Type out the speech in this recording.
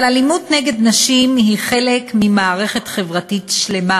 אבל אלימות נגד נשים היא חלק ממערכת חברתית שלמה